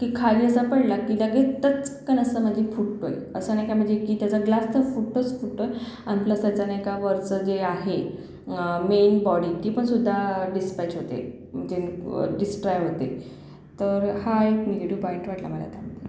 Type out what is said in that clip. की खाली असा पडला की लगेच टचकन असा म्हणजे फुटतोय असं नाही का म्हणजे की त्याचा ग्लास तर फुटतोच फुटतोय आणि प्लस त्याचा नाही का वरचं जे आहे मेन बॉडी ती पण सुद्धा डिसपॅच होते म्हणजे डिस्ट्रॉय होते तर हा एक नेगेटिव पॉइंट वाटला मला त्यामध्ये